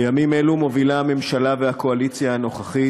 בימים אלו מובילות הממשלה והקואליציה הנוכחית